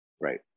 Right